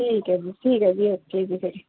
ਠੀਕ ਹੈ ਜੀ ਠੀਕ ਹੈ ਜੀ ਓਕੇ ਜੀ ਫਿਰ